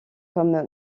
comme